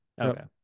Okay